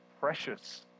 precious